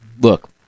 look